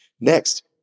Next